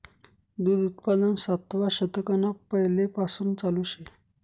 दूध उत्पादन सातवा शतकना पैलेपासून चालू शे